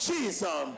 Jesus